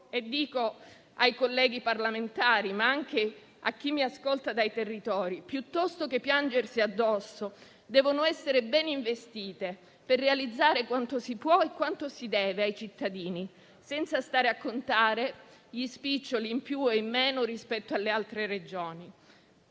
dico ai colleghi parlamentari, ma anche a chi mi ascolta dai territori, che, piuttosto che piangersi addosso, devono essere bene investite per realizzare quanto si può e quanto si deve ai cittadini, senza stare a contare gli spiccioli in più o in meno rispetto alle altre Regioni.